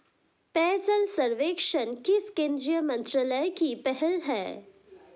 पेयजल सर्वेक्षण किस केंद्रीय मंत्रालय की पहल है?